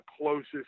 closest